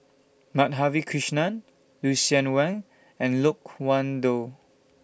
Madhavi Krishnan Lucien Wang and Loke Wan Tho